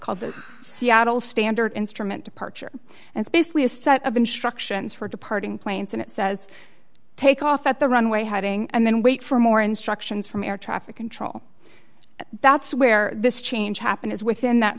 the seattle standard instrument departure and it's basically a set of instructions for departing planes and it says take off at the runway heading and then wait for more instructions from air traffic control that's where this change happened as within that